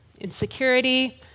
insecurity